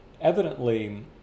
evidently